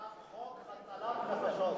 הצעת חוק הצלת נפשות.